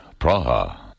Praha. (